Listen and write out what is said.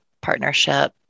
partnership